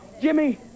Jimmy